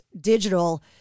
digital